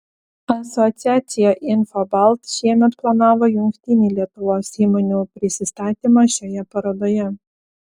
asociacija infobalt šiemet planavo jungtinį lietuvos įmonių prisistatymą šioje parodoje